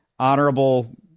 Honorable